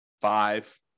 five